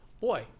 boy